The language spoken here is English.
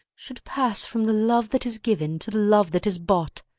should pass from the love that is given to the love that is bought.